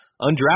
Undrafted